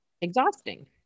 exhausting